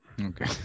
Okay